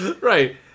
Right